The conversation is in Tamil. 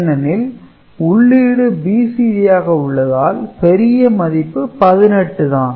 ஏனெனில் உள்ளீடு BCD ஆக உள்ளதால் பெரிய மதிப்பு 18 தான்